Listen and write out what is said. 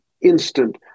instant